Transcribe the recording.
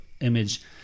image